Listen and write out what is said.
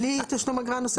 בלי תשלום אגרה נוספת?